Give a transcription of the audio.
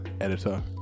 editor